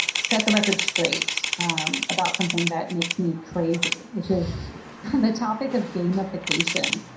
set the record straight um about something that makes me crazy, which is the topic of gamification.